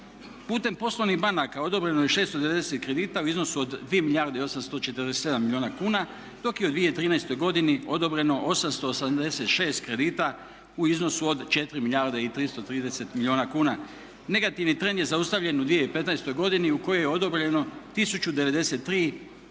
Putem poslovnih banaka odobreno je 690 kredita u iznosu od 2 milijarde i 847 milijuna kuna dok je u 2013. godini odobreno 886 kredita u iznosu od 4 milijarde i 330 milijuna kuna. Negativni trend je zaustavljen u 2015. godini u kojoj je odobreno 1093 kredita